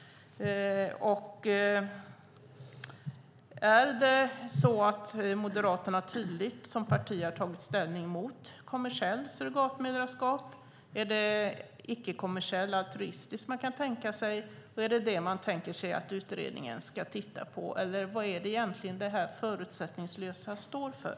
Har Moderaterna som parti tydligt tagit ställning mot kommersiellt surrogatmoderskap? Är det det icke-kommersiella, altruistiska som man kan tänka sig? Är det detta man tänker sig att utredningen ska titta på? Eller vad är det egentligen som detta förutsättningslösa står för?